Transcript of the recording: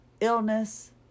illness